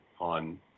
on